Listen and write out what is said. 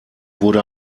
wurde